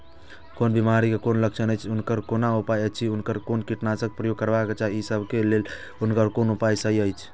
कोन बिमारी के कोन लक्षण अछि उनकर कोन उपाय अछि उनकर कोन कीटनाशक प्रयोग करबाक चाही ई सब के लेल उनकर कोन उपाय सहि अछि?